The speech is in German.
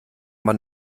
man